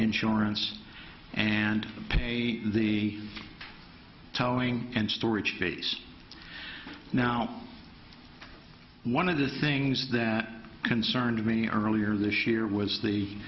insurance and pay the telling and storage space now one of the things that concerned me earlier this year was the